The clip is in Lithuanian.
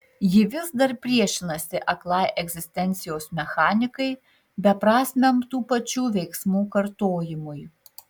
ji vis dar priešinasi aklai egzistencijos mechanikai beprasmiam tų pačių veiksmų kartojimui